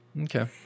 Okay